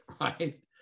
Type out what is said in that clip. Right